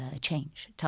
change